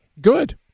good